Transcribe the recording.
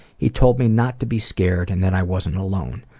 he told me not to be scared and that i wasn't alone.